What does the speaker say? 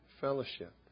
fellowship